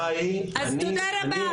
אז תודה רבה.